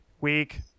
Week